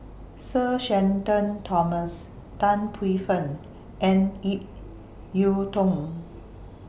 Sir Shenton Thomas Tan Paey Fern and Ip Yiu Tung